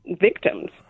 victims